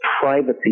privacy